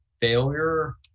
failure